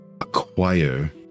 acquire